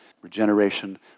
regeneration